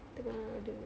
tengah ada